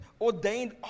ordained